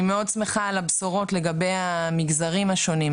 אני מאוד שמחה על הבשורות לגבי המגזרים השונים,